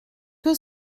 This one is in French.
que